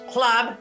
Club